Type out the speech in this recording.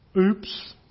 Oops